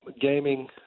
gaming